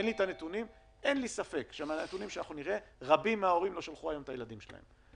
אין לי ספק שרבים מההורים לא שלחו היום את הילדים שלהם למערכת החינוך.